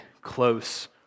close